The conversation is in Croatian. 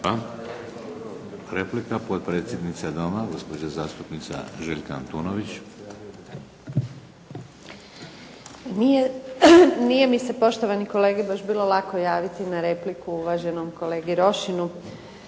Replika. Potpredsjednica Doma, gospođa zastupnica Željka Antunović. **Antunović, Željka (SDP)** Nije mi se poštovani kolege baš bilo lako javiti na repliku uvaženom kolegi Rošinu